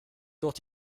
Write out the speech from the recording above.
durch